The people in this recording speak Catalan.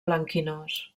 blanquinós